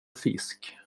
fisk